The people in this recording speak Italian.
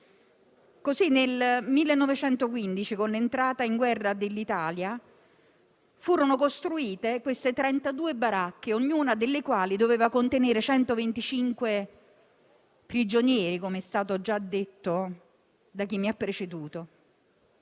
Così nel 1915, con l'entrata in guerra dell'Italia, furono costruite 32 baracche, ognuna delle quali doveva contenere 125 prigionieri, com'è stato già detto da chi mi ha preceduto.